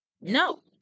No